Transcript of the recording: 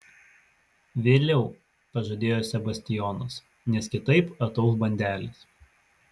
vėliau pažadėjo sebastijonas nes kitaip atauš bandelės